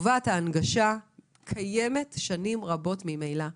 חובת ההנגשה קיימת שנים רבות ממילא.